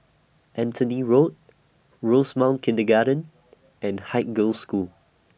Anthony Road Rosemount Kindergarten and Haig Girls' School